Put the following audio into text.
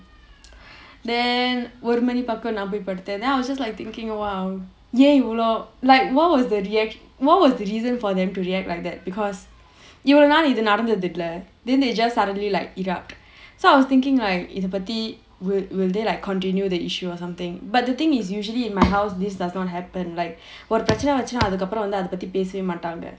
then ஒரு மணி பக்கம் நான் போய் படுத்தேன்:oru mani pakkam naan poi paduthaen then I was just like thinking !wah! ஏன் இவ்ளோ:yaen ivlo like what was that what was the reason for them to react like that because இவ்ளோ நாள் இது நடந்தது இல்ல:ivlo naal idhu nadanthathu illa then they just suddenly like erupt so I was thinking like இது பத்தி:idhu pathi will will they like continue the issue or something but the thing is usually in my house this does not happen like ஒரு பிரச்னை வந்துச்சுனா அதுக்கு அப்புறம் அது பத்தி பேசவே மாட்டாங்க:oru pirachanai vanthuchunaa adhukku appuram adhu pathi pesavae maattaanga